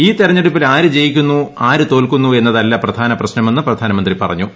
ഈ തിരഞ്ഞെടുപ്പിൽ ആര് ജയിക്കുന്നു ആര് തോൽക്കുന്നു എന്നതല്ല പ്രധാന പ്രശ്നമെന്ന് പ്രധാനമന്ത്രി പറഞ്ഞു